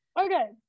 Okay